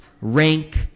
rank